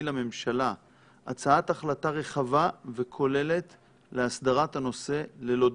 לממשלה הצעת החלטה רחבה וכוללת להסדרת הנושא ללא דיחוי.